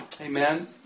Amen